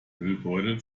müllbeutel